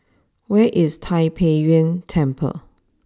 where is Tai Pei Yuen Temple